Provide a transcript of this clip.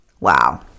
Wow